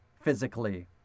physically